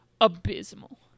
abysmal